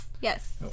Yes